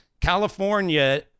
California